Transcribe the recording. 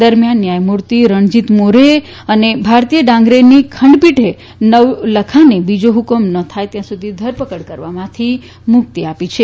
દરમિથાન ન્યાથમૂર્તિ રણજીત મોરેએ અને ભારતીય ડાંગરેની ખંડપીઠે નવલખાને બીજા હ્કમ ન થાય ત્યાં સુધી ધરપકડ કરવામાંથી મુક્તી આપી છે